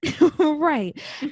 Right